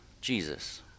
Jesus